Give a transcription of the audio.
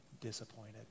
disappointed